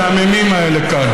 אדוני השר, נעבור להצבעה.